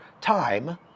time